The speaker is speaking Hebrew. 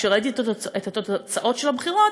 כשראיתי את תוצאות הבחירות,